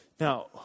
Now